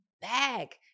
back